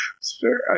Sir